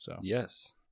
Yes